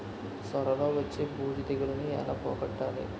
సొర లో వచ్చే బూజు తెగులని ఏల పోగొట్టాలి?